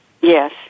Yes